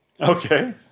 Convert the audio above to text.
Okay